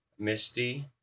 misty